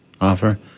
offer